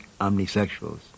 omnisexuals